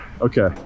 Okay